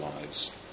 lives